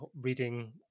reading